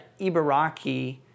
Ibaraki